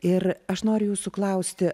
ir aš noriu jūsų klausti